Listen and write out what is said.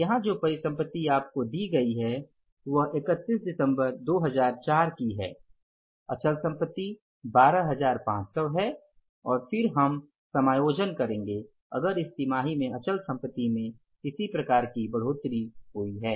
यहाँ जो परिसंपति आपको दी गयी है वह ३१ दिसंबर 2004 की है अचल संपत्ति 12500 हैं और फिर हम समायोजन करेंगे अगर इस तिमाही में अचल संपत्ति में किसी प्रकार की बढ़ोतरी हुई है